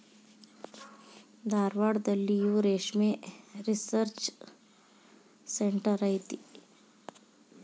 ಧಾರವಾಡದಲ್ಲಿಯೂ ರೇಶ್ಮೆ research centre ಐತಿ